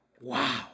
Wow